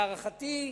להערכתי,